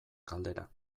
galdera